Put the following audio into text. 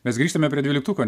mes grįžtame prie dvyliktuko